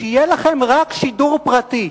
שיהיה לכם רק שידור פרטי.